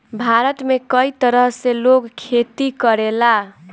भारत में कई तरह से लोग खेती करेला